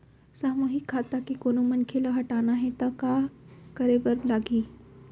सामूहिक खाता के कोनो मनखे ला हटाना हे ता काय करे बर लागही?